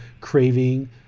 craving